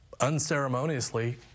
unceremoniously